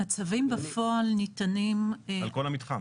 הצווים בפועל ניתנים --- על כל המתחם,